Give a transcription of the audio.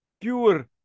pure